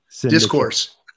Discourse